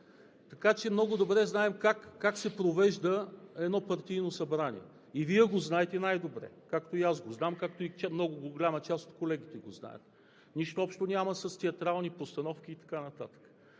Така че много добре знаем как се провежда едно партийно събрание. И Вие го знаете най-добре, както и аз го знам, както и много голяма част от колегите го знаят. Нищо общо няма с театрални постановки и така нататък.